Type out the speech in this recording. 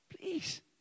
Please